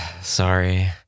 Sorry